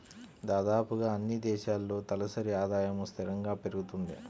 దాదాపుగా అన్నీ దేశాల్లో తలసరి ఆదాయము స్థిరంగా పెరుగుతుంది